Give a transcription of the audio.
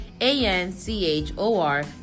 a-n-c-h-o-r